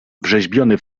wrzeźbiony